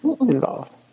involved